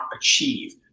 achieve